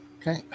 Okay